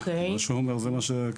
מה שהוא אומר זה נכון,